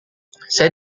saya